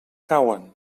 cauen